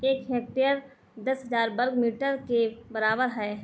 एक हेक्टेयर दस हजार वर्ग मीटर के बराबर है